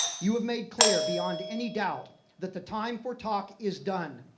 you have made clear beyond any doubt that the time for talk is done.